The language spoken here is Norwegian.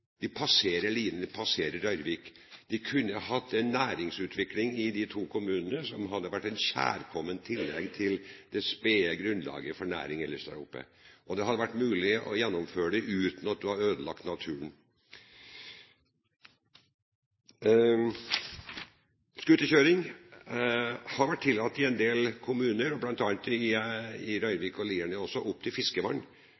De passerer Lierne, de passerer Røyrvik. De kunne hatt en næringsutvikling i de to kommunene, som ville vært et kjærkomment tillegg til det spede grunnlaget for næring ellers der oppe. Og det ville vært mulig å gjennomføre det uten å ødelegge naturen. Scooterkjøring opp til fiskevann har vært tillatt i en del kommuner – bl.a. i Røyrvik og i